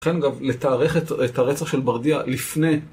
ולכן גם לתארך את ה.. את הרצח של ברדיה לפני.